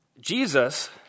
Jesus